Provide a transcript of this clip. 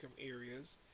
areas